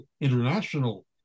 International